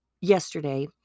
yesterday